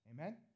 Amen